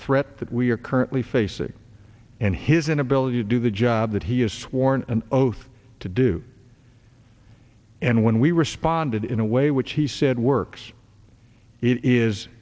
threat that we are currently facing and his inability to do the job that he is sworn an oath to do and when we responded in a way which he said works i